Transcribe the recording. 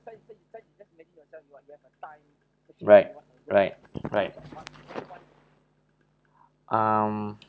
right right right um